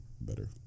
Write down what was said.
better